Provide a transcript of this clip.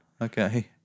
Okay